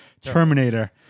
Terminator